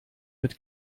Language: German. mit